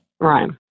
Right